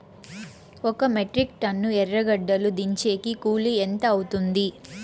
ఒక metric ton ఎర్రగడ్డలు దించేకి కూలి ఎంత అవుతుంది?